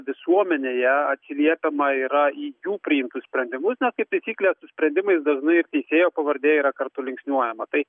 visuomenėje atsiliepiama yra į jų priimtus sprendimus kaip taisyklė su sprendimais dažnai teisėjo pavardė yra kartu linksniuojama tai